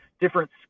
different